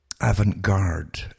Avant-garde